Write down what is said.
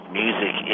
music